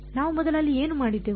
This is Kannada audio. ನಾವು ಮೊದಲು ಅಲ್ಲಿ ಏನು ಮಾಡಿದೆವು